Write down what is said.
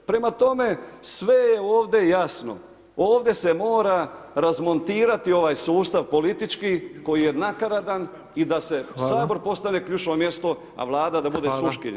Prema tome sve je ovdje jasno, ovdje se mora razmontirati ovaj sustav politički koji je nakaradan i da se Sabor postane ključno mjesto, a Vlada da bude sluškinja.